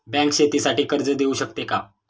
Bank शेतीसाठी कर्ज देऊ शकते का?